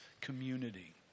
community